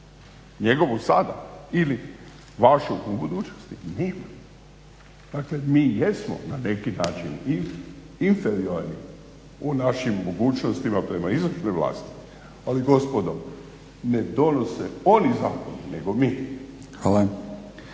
njegovu sada ili vašu u budućnosti nema. Dakle, mi jesmo na neki način i inferiorni u našim mogućnostima prema izvršnoj vlasti. Ali gospodo, ne donose oni zakone nego mi.